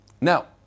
Now